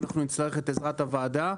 נצטרך את עזרת הוועדה,